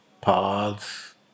paths